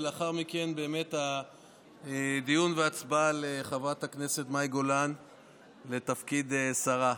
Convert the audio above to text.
ולאחר מכן באמת הדיון וההצבעה על חברת הכנסת מאי גולן בתפקיד שרה.